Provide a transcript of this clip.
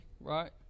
right